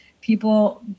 people